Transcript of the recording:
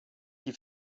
die